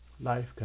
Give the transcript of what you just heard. Life